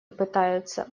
пытаются